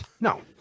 no